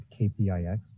KPIX